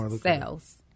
sales